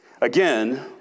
Again